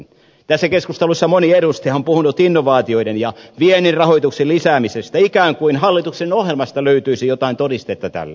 tässä keskustelussa moni edustaja on puhunut innovaatioiden ja viennin rahoituksen lisäämisestä ikään kuin hallituksen ohjelmasta löytyisi jotain todistetta tälle